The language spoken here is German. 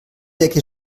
decke